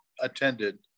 attended